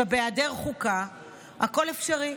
בהיעדר חוקה הכול אפשרי.